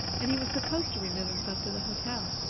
and he was supposed to remove himself to the hotel.